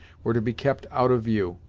were to be kept out of view,